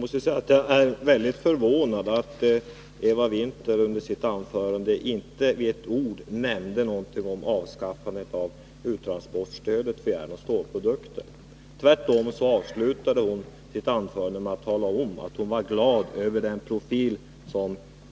Herr talman! Jag är väldigt förvånad över att Eva Winther inte med ett ord nämnde någonting om avskaffandet av uttransportstödet för järnoch stålprodukter. Tvärtom avslutade hon sitt anförande med att tala om, att hon var glad över den profil